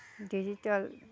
digital